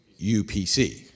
UPC